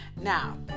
Now